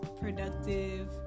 productive